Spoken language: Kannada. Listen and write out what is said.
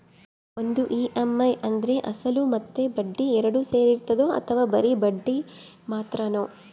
ಒಂದು ಇ.ಎಮ್.ಐ ಅಂದ್ರೆ ಅಸಲು ಮತ್ತೆ ಬಡ್ಡಿ ಎರಡು ಸೇರಿರ್ತದೋ ಅಥವಾ ಬರಿ ಬಡ್ಡಿ ಮಾತ್ರನೋ?